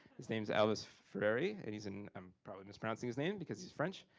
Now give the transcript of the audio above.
his name's ellis ferreri, and he's an. i'm probably mispronouncing his name, because he's french.